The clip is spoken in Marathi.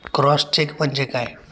क्रॉस चेक म्हणजे काय?